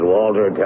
Walter